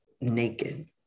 naked